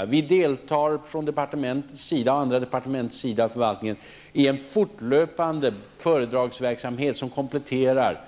Från olika departements och förvaltningens sida deltar vi i en fortlöpande föredragsverksamhet som kompletterar